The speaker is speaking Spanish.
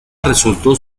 resultó